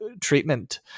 treatment